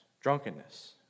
drunkenness